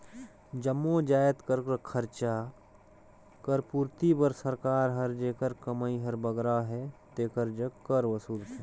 जम्मो जाएत कर खरचा कर पूरती बर सरकार हर जेकर कमई हर बगरा अहे तेकर जग कर वसूलथे